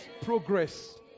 progress